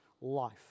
life